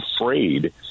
afraid